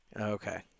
Okay